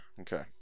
Okay